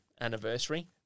anniversary